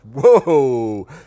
whoa